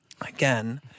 Again